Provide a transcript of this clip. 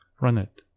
run it.